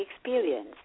experience